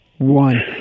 One